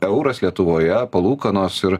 euras lietuvoje palūkanos ir